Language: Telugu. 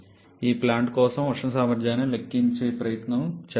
ఈ ప్లాంట్ కోసం ఉష్ణ సామర్థ్యాన్ని లెక్కించడానికి ప్రయత్నిద్దాం